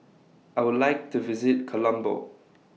I Would like to visit Colombo